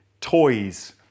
Toys